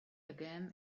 again